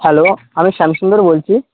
hello আমি শ্যামসুন্দর বলছি